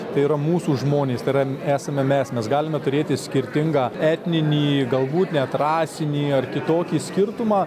tai yra mūsų žmonės tai yra esame mes mes galime turėti skirtingą etninį galbūt net rasinį ar kitokį skirtumą